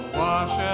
wash